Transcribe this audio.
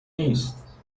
نیست